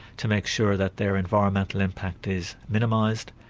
to make sure that their environmental impact is minimised.